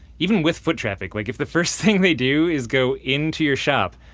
even with foot traffic, like if the first thing they do is go into your shop,